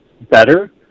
better